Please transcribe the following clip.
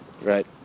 Right